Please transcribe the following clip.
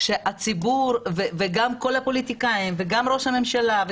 שהציבור וגם כול הפוליטיקאים וגם ראש הממשלה,